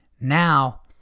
now